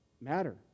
matter